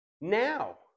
now